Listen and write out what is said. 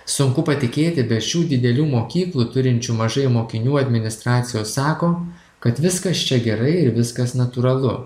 sunku patikėti bet šių didelių mokyklų turinčių mažai mokinių administracijos sako kad viskas čia gerai ir viskas natūralu